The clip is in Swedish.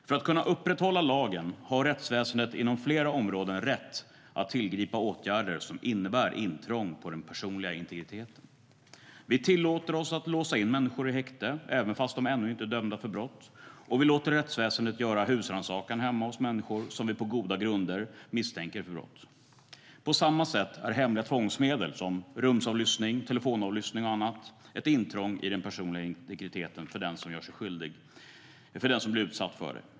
För att kunna upprätthålla lagen har rättsväsendet inom flera områden rätt att tillgripa åtgärder som innebär intrång i den personliga integriteten. Vi tillåter oss att låsa in människor i häkte fastän de ännu inte är dömda för brott, och vi låter rättsväsendet göra husrannsakan hemma hos människor som vi på goda grunder misstänker för brott. På samma sätt är hemliga tvångsmedel som rumsavlyssning, telefonavlyssning och annat ett intrång i den personliga integriteten för den som blir utsatt för det.